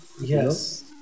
Yes